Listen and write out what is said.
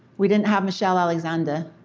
we didn't have michelle alexander.